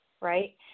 right